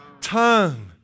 tongue